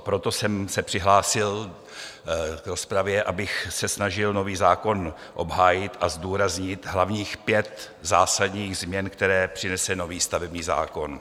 Proto jsem se přihlásil v rozpravě, abych se snažil nový zákon obhájit a zdůraznit hlavních pět zásadních změn, které přinese nový stavební zákon.